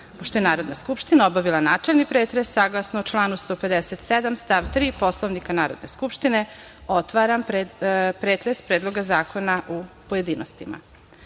je Narodna skupština obavila načelni pretres saglasno članu 157. stav 3. Poslovnika Narodne skupštine otvaram pretres Predloga zakona u pojedinostima. Na